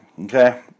Okay